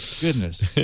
goodness